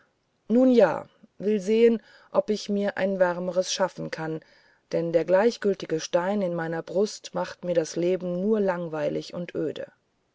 nun ja will sehen ob ich mir ein wärmeres schaffen kann denn der gleichgültige stein in meiner brust macht mir das leben nur langweilig und öde